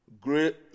great